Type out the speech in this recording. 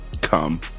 Come